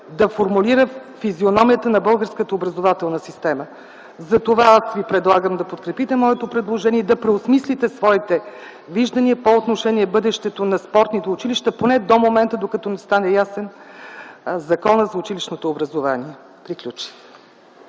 за формулиране физиономията на българската образователна система. Затова аз ви предлагам да подкрепите моето предложение, да преосмислите своите виждания по отношение бъдещето на спортните училища поне до момента, докато стане ясно какво ще заложим в Закона за училищното образование. Приключих.